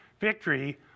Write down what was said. victory